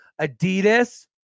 Adidas